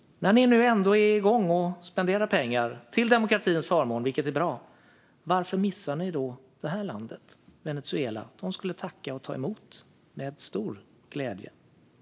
När ni nu ändå är igång och spenderar pengar till demokratins förmån, vilket är bra - varför missar ni då Venezuela? De skulle tacka och ta emot med stor glädje.